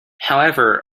however